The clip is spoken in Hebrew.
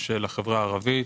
של החברה הערבית.